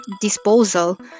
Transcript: disposal